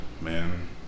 man